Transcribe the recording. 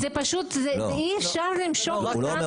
זה אי אפשר למשוך אותנו --- לא,